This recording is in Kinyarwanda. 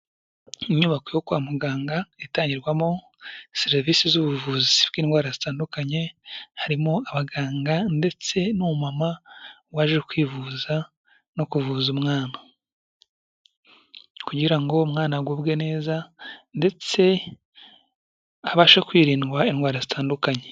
Inyubako yo kwa muganga itangirwamo serivise z'ubuvuzi bw'indwara zitandukanye, harimo abaganga ndetse n'umumama waje kwivuza no kuvuza umwana, kugirango umwana agubwe ndetse abashe kwirindwa indwara zitandukanye.